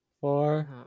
four